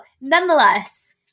nonetheless